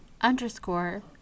underscore